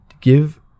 give